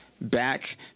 back